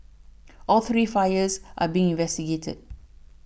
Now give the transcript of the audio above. all three fires are being investigated